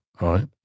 right